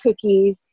cookies